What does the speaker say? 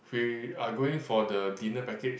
we are going for the dinner package